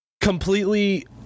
completely